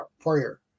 prayer